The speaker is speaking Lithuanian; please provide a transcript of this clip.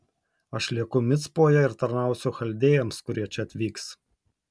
aš lieku micpoje ir tarnausiu chaldėjams kurie čia atvyks